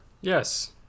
Yes